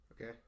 Okay